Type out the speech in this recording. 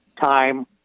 time